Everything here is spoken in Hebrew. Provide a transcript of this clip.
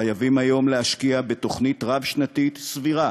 חייבים היום להשקיע בתוכנית רב-שנתית סבירה